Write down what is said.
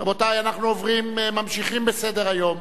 רבותי, אנחנו ממשיכים בסדר-היום,